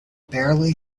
barely